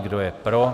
Kdo je pro?